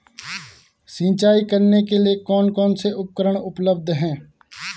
सिंचाई करने के लिए कौन कौन से उपकरण उपलब्ध हैं?